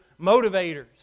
motivators